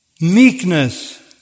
Meekness